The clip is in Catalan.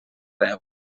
deu